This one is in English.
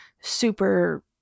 super